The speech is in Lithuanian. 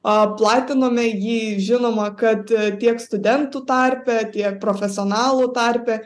a platinome jį žinoma kad tiek studentų tarpe tiek profesionalų tarpe